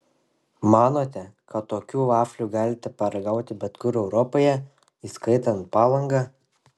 manote kad tokių vaflių galite paragauti bet kur europoje įskaitant palangą